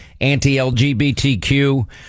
anti-LGBTQ